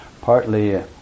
Partly